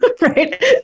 right